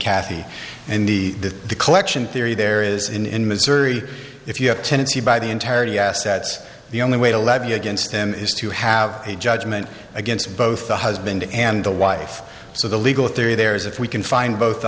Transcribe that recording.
kathy and the collection theory there is in in missouri if you have tenancy by the entirety assets the only way to levy against them is to have a judgment against both the husband and the wife so the legal theory there is if we can find both the